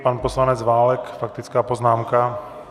Pan poslanec Válek, faktická poznámka.